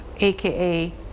AKA